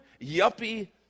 yuppie